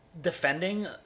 defending